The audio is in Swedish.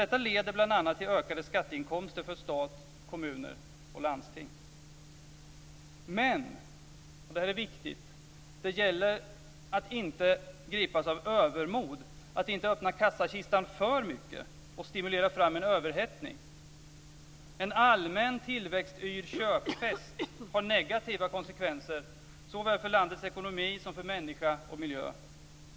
Detta leder bl.a. till ökade skatteinkomster för stat, kommuner och landsting. Men, och det är viktigt, det gäller att inte gripas av övermod, att inte öppna kassakistan för mycket och stimulera fram en överhettning.